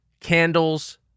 candles